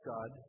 God